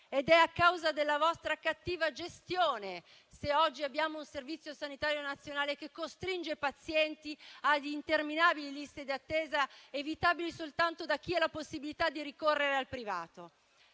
ed è a causa della vostra cattiva gestione se oggi abbiamo un Servizio sanitario nazionale che costringe pazienti a interminabili liste d'attesa evitabili soltanto da chi ha la possibilità di ricorrere al privato.